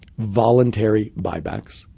voluntary buybacks,